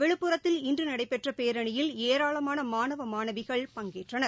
விழுப்புரத்தில் இன்றுநடைபெற்றபேரணியில் ஏராளமானமாணவ மாணவிகள் பங்கேற்றனர்